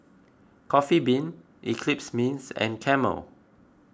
Coffee Bean Eclipse Mints and Camel